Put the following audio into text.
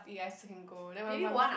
eat I still can go then my mum say